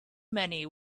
many